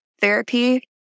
therapy